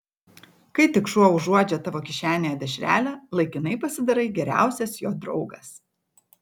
kai tik šuo užuodžia tavo kišenėje dešrelę laikinai pasidarai geriausias jo draugas